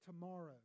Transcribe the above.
tomorrow